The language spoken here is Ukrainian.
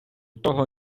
того